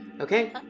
Okay